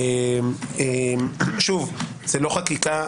רשאים להפסיק את חברותם מחצית מחברי הסיעה,